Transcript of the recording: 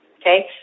Okay